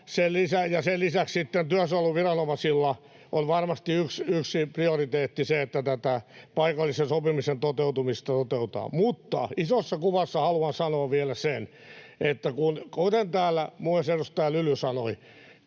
Sen lisäksi sitten työsuojeluviranomaisilla on varmasti yksi prioriteetti se, että tätä paikallista sopimista toteutetaan. Mutta isossa kuvassa haluan sanoa vielä sen, kuten täällä myös edustaja Lyly sanoi,